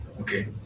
Okay